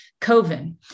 Coven